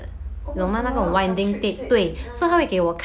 oh my god 那种 cartridge tape um